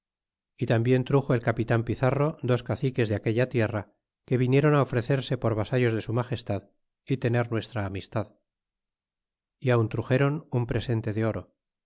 y tambien truxo el capitan pizarro dos caciques de aquella tierra que vinieron ofrecerse por vasallos de su magestad y tener nuestra amistad y aun truxéron un presente de oro